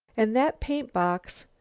and that paint-box,